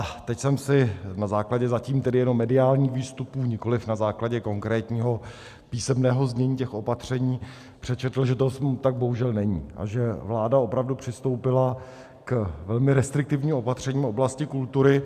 A teď jsem si, zatím jen na základě mediálních výstupů, nikoliv na základě konkrétního písemného znění těch opatření, přečetl, že to tak bohužel není a že vláda opravdu přistoupila k velmi restriktivním opatřením v oblasti kultury.